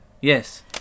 Yes